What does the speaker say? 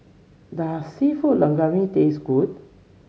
does seafood Linguine taste good